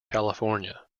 california